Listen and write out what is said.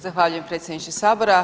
Zahvaljujem predsjedniče sabora.